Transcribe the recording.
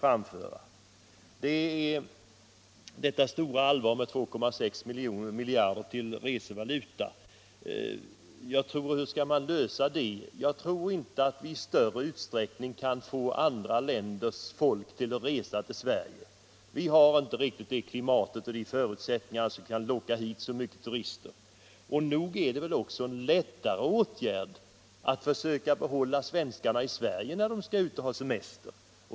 Hur skall man då lösa detta allvarliga problem med 2,6 miljarder till resevaluta? Jag tror inte att vi i större utsträckning kan få andra länders folk att resa till Sverige — vi har inte riktigt sådant klimat och sådana förutsättningar att vi kan locka hit så mycket turister. Och nog är det väl lättare att vidta den åtgärden, att man försöker behålla svenskarna i Sverige när de skall ut och ha semester?